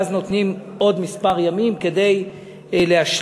ואז נותנים עוד כמה ימים כדי להשלים,